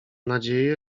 nadzieję